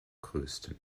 größten